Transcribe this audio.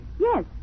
Yes